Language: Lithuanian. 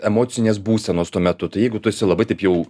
emocinės būsenos tuo metu tai jeigu tu esi labai taip jau